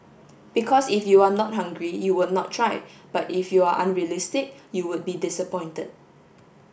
because if you are not hungry you would not try but if you are unrealistic you would be disappointed